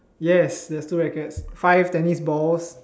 yes there's two rackets five tennis balls